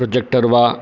projector वा